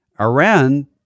Iran